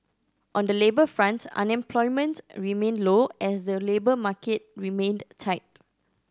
on the labour fronts unemployment's remained low as the labour market remained tight